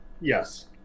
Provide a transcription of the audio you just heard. Yes